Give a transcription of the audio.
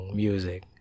music